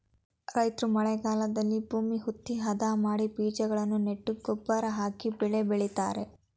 ರೈತ್ರು ಮಳೆಗಾಲದಲ್ಲಿ ಭೂಮಿ ಹುತ್ತಿ, ಅದ ಮಾಡಿ ಬೀಜಗಳನ್ನು ನೆಟ್ಟು ಗೊಬ್ಬರ ಹಾಕಿ ಬೆಳೆ ಬೆಳಿತರೆ